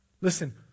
Listen